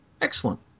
Excellent